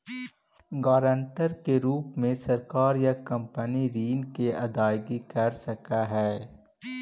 guarantor के रूप में सरकार या कंपनी ऋण के अदायगी कर सकऽ हई